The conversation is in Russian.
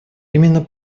именно